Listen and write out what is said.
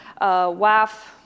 WAF